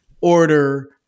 order